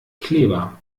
kleber